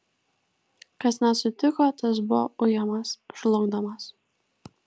kas nesutiko tas buvo ujamas žlugdomas